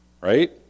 right